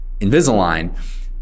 Invisalign